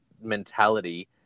mentality